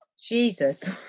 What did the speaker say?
Jesus